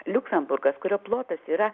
liuksemburgas kurio plotas yra